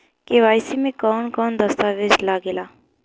KYC में कवन कवन दस्तावेज लागे ला?